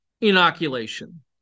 inoculation